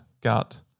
gut